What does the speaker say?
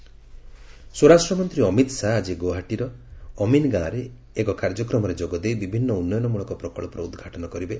ଅମିତ୍ ଶାହା ସ୍ୱରାଷ୍ଟ୍ର ମନ୍ତ୍ରୀ ଅମିତ୍ ଶାହା ଆଜି ଗୌହାଟୀର ଅମିନ୍ଗାଁରେ ଏକ କାର୍ଯ୍ୟକ୍ରମରେ ଯୋଗଦେଇ ବିଭିନ୍ନ ଉନ୍ନୟନମଳକ ପ୍ରକଚ୍ଚର ଉଦ୍ଘାଟନ କରିବେ